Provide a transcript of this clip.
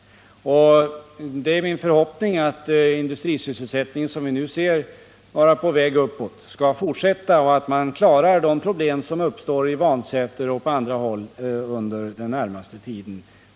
Och det är min förhoppning att industrisysselsättningen, som nu är på väg uppåt, skall fortsätta uppåt och att man klarar de problem som uppstår vid Vansäter på andra håll under den närmaste tiden.